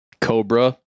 Cobra